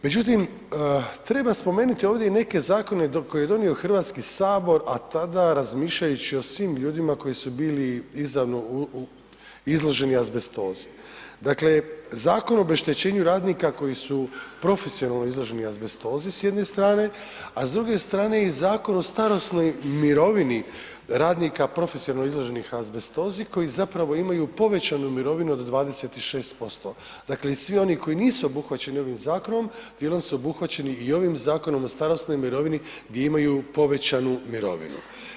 Međutim, treba spomenuti ovdje i neke zakone koje je donio HS, a tada, razmišljajući o svim ljudima koji su bili izravno izloženi azbestozi, dakle Zakon o obeštećenju radnika koji su profesionalno izloženi azbestozi s jedne strane, a s druge strane i Zakon o starosnoj mirovini radnika profesionalno izloženih azbestozi koji zapravo imaju povećanu mirovinu od 26%, dakle i svi oni koji nisu obuhvaćeni ovim zakonom, dijelom su obuhvaćeni i ovim Zakonom o starosnoj mirovini gdje imaju povećanu mirovinu.